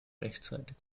rechtzeitig